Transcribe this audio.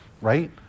right